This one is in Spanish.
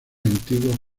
antiguas